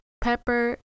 pepper